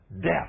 death